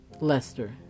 Lester